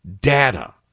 data